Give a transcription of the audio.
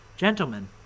Gentlemen